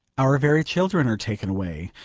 our very children are taken away.